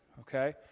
okay